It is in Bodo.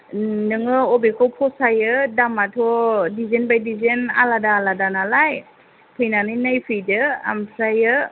नोङो अबेखौ फसायो दामाथ' दिजेन बाय दिजेन आलादा आलादा नालाय फैनानै नायफैदो ओमफ्रायो